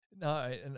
No